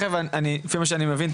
לפי מה שאני מבין,